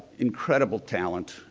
incredible talent.